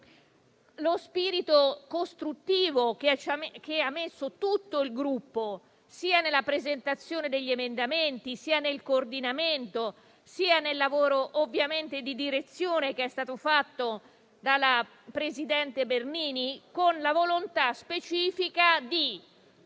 lo spirito costruttivo che ha mosso tutto il Gruppo sia nella presentazione degli emendamenti che nel coordinamento, nonché nel lavoro di direzione svolto dalla presidente Bernini, con la volontà specifica di